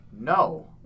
No